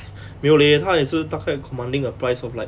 没有 leh 它也是大概 commanding a price of like